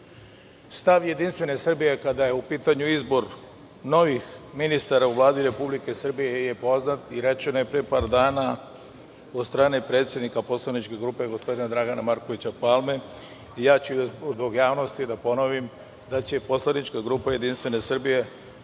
stav Jedinstvene Srbije kada je u pitanju izbor novih ministara u Vladi Republike Srbije je poznat i rečeno je pre par dana od strane predsednika poslaničke grupe, gospodina Dragana Markovića Palme, zbog javnosti ponoviću da će poslanička grupa Jedinstvene Srbije